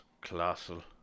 colossal